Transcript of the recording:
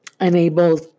Enabled